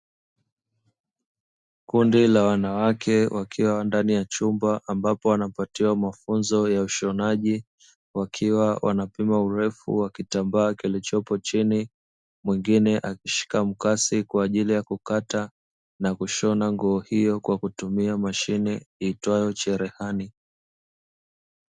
Kundi wa wanawake wakiwa ndani ya chumba, ambapo wanapatiwa mafunzo ya ushonaji; wakiwa wanapima urefu wa kitambaa kilichopo chini, mwingine akishika mkasi kwa ajili ya kukata na kushona nguo hiyo kwa kutumia mashine iitwayo cherehani.